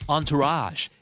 Entourage